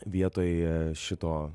vietoj šito